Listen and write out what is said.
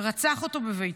ורצח אותו בביתו.